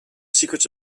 secrets